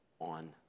on